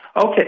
Okay